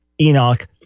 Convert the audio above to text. Enoch